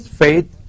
faith